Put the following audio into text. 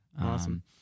Awesome